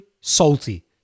salty